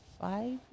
five